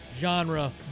genre